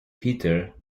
peter